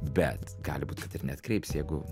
bet gali būt kad ir neatkreips jeigu